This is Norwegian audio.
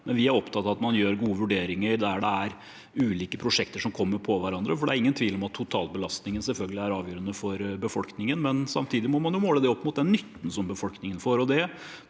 Vi er opptatt av at man gjør gode vurderinger der det er ulike prosjekter som kommer på hverandre, for det er ingen tvil om at totalbelastningen selvfølgelig er avgjørende for befolkningen. Samtidig må man måle det opp mot nytten befolkningen får.